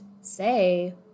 say